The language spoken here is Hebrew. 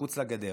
מחוץ לגדר,